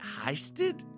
heisted